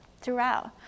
throughout